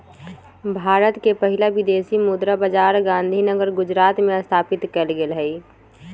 भारत के पहिला विदेशी मुद्रा बाजार गांधीनगर गुजरात में स्थापित कएल गेल हइ